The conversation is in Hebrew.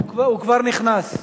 הוא כבר נכנס,